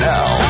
Now